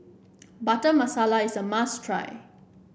Butter Masala is a must try